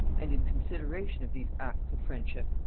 and in consideration of these acts of friendship,